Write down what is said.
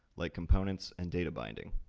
like components and data binding.